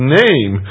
name